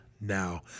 now